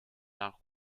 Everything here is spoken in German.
nach